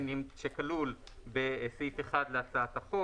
שכלול בסעיף 1 להצעת החוק.